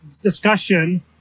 discussion